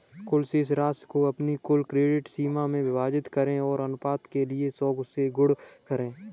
कुल शेष राशि को अपनी कुल क्रेडिट सीमा से विभाजित करें और अनुपात के लिए सौ से गुणा करें